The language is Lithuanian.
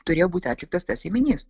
turėjo būti atliktas tas ėminys